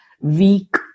weak